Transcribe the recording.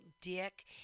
dick